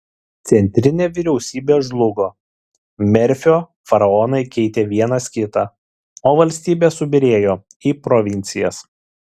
centrinė vyriausybė žlugo merfio faraonai keitė vienas kitą o valstybė subyrėjo į provincijas